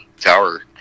tower